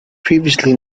previously